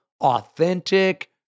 authentic